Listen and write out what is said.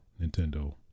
nintendo